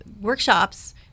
workshops